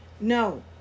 No